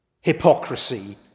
Hypocrisy